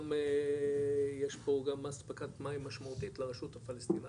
יש פה גם אספקת מים משמעותית לרשות הפלסטינאית,